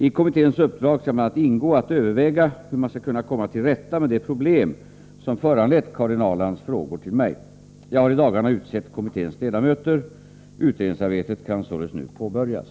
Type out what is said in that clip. I kommitténs uppdrag skall bl.a. ingå att överväga hur man skall kunna komma till rätta med det problem som föranlett Karin Ahrlands frågor till mig. Jag har i dagarna utsett kommitténs ledamöter. Utredningsarbetet kan således påbörjas.